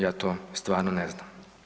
Ja to stvarno ne znam.